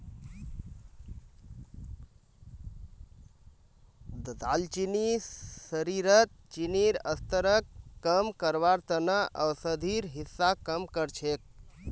दालचीनी शरीरत चीनीर स्तरक कम करवार त न औषधिर हिस्सा काम कर छेक